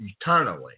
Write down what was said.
eternally